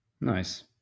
Nice